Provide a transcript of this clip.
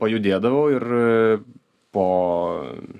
pajudėdavau a ir po